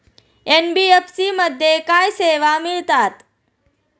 NBFC मध्ये काय सेवा मिळतात?